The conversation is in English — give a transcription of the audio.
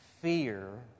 fear